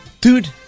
Dude